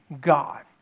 God